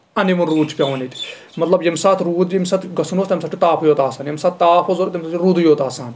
ان اِوٕنۍ روٗد چھُ پیوان ییٚتہِ مطلب ییٚمہِ ساتہٕ روٗد ییٚمہِ ساتہٕ گژھُن اوس تَمہِ ساتہٕ چھُ تاپھٕے یوٗت آسان ییٚمہِ ساتہٕ تاپھ اوس ضروٗرت تَمہِ ساتہٕ چھُ روٗدٕے یوت آسان